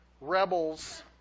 rebels